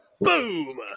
Boom